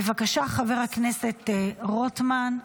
בבקשה, חבר הכנסת רוטמן,